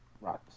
Right